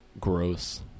Gross